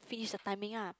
finish the timing ah